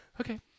Okay